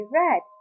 red